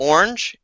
Orange